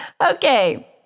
Okay